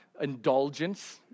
indulgence